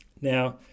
Now